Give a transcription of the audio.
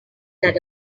that